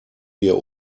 wir